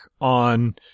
on